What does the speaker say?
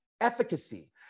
Efficacy